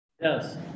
Yes